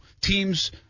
teams –